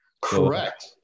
correct